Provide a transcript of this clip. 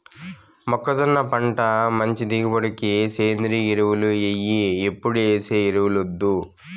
మొక్కజొన్న పంట మంచి దిగుబడికి సేంద్రియ ఎరువులు ఎయ్యి ఎప్పుడేసే ఎరువులొద్దు